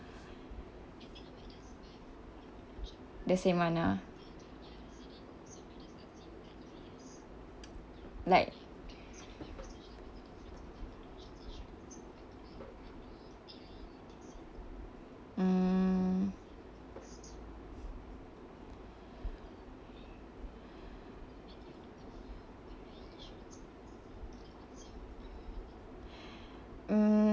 the same one lah like mm mm